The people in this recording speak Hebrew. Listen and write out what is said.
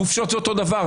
חופשות זה אותו דבר,